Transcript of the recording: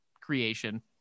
creation